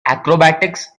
acrobatics